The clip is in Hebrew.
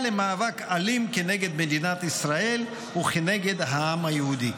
למאבק אלים נגד מדינת ישראל ונגד העם היהודי.